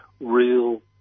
real